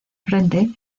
frente